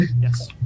Yes